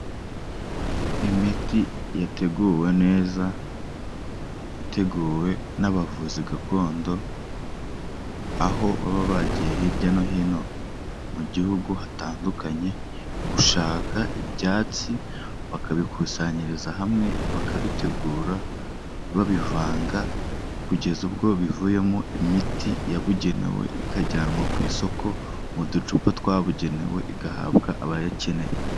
Imiti yateguwe neza. Iteguwe n'abavuzi gakondo, aho baba bagiye hirya no hino mu gihugu hatandukanye gushaka ibyatsi ,bakabikusanyiriza hamwe bakabitegura, bakabivanga kugeza ubwo bivuyemo imiti yabugenewe, ikajyanwa ku isoko mu ducupa twabugenewe ,igahabwa abayikeneye.